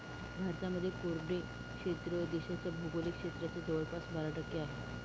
भारतामध्ये कोरडे क्षेत्र देशाच्या भौगोलिक क्षेत्राच्या जवळपास बारा टक्के आहे